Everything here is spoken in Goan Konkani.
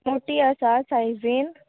मोटीं आसा साय्जीन